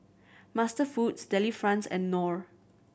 MasterFoods Delifrance and Knorr